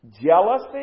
jealousy